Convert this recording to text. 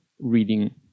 reading